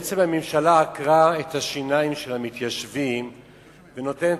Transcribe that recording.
בעצם הממשלה עקרה את השיניים של המתיישבים ונותנת